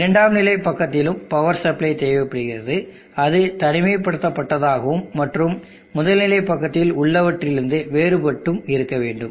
இரண்டாம் நிலை பக்கத்திலும் பவர் சப்ளை தேவைப்படுகிறது அது தனிமைப்படுத்தப்பட்டதாகவும் மற்றும் முதல் நிலை பக்கத்தில் உள்ளவற்றிலிருந்து வேறுபட்டும் இருக்கவேண்டும்